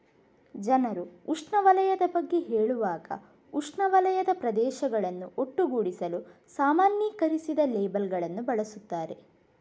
ಜನರು ಉಷ್ಣವಲಯದ ಬಗ್ಗೆ ಹೇಳುವಾಗ ಉಷ್ಣವಲಯದ ಪ್ರದೇಶಗಳನ್ನು ಒಟ್ಟುಗೂಡಿಸಲು ಸಾಮಾನ್ಯೀಕರಿಸಿದ ಲೇಬಲ್ ಗಳನ್ನು ಬಳಸುತ್ತಾರೆ